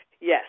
Yes